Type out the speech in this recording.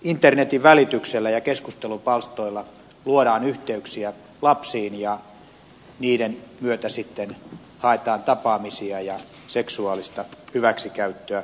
internetin välityksellä ja keskustelupalstoilla luodaan yhteyksiä lapsiin ja niiden myötä sitten haetaan tapaamisia ja seksuaalista hyväksikäyttöä